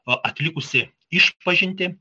atlikusi išpažintį